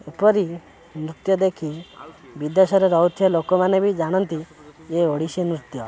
ଏପରି ନୃତ୍ୟ ଦେଖି ବିଦେଶରେ ରହୁଥିବା ଲୋକମାନେ ବି ଜାଣନ୍ତି ଏ ଓଡ଼ିଶୀ ନୃତ୍ୟ